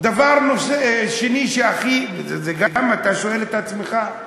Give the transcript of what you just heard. דבר שני שהכי, גם, אתה שואל את עצמך: